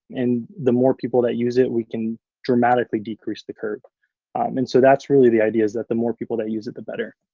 and the more people that use it we can dramatically decrease the curve and so that's really the idea is that the more people that use it the better.